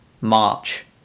March